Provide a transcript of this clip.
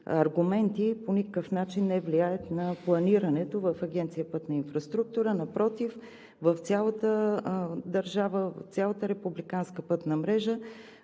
аргументи по никакъв начин не влияят на планирането в Агенция „Пътна инфраструктура“. Напротив в цялата държава, в цялата републиканска пътна мрежа